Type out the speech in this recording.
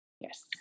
Yes